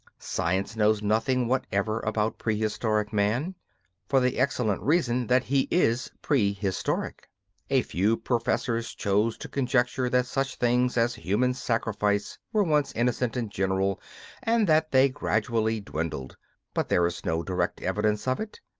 science knows nothing whatever about pre-historic man for the excellent reason that he is pre-historic. a few professors choose to conjecture that such things as human sacrifice were once innocent and general and that they gradually dwindled but there is no direct evidence of it,